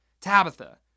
Tabitha